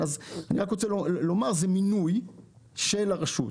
אני רק רוצה לומר: זה מינוי של הרשות,